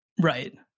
Right